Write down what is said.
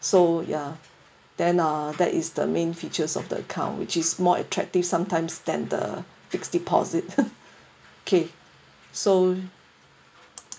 so ya then uh that is the main features of the account which is more attractive sometimes than the fixed deposit okay so